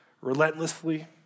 relentlessly